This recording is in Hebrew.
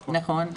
נכון.